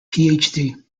phd